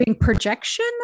projection